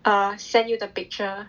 err send you the picture